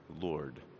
Lord